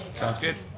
sounds good.